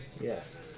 Yes